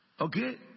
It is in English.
Okay